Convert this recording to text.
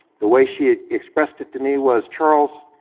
the way she expressed it to me was, charles,